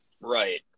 Right